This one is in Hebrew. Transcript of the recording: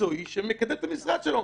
מקצועי שמקדם את המשרד שלו.